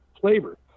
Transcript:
flavor